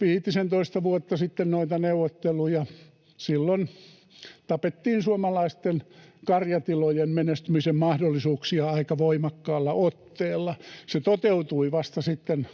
viitisentoista vuotta sitten noita neuvotteluja: silloin tapettiin suomalaisten karjatilojen menestymisen mahdollisuuksia aika voimakkaalla otteella. Se toteutui vasta sitten